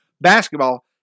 basketball